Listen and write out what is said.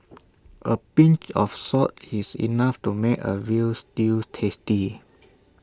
A pinch of salt is enough to make A Veal Stew tasty